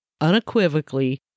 unequivocally